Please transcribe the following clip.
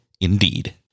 Indeed